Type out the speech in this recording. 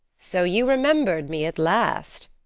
so you remembered me at last,